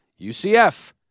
UCF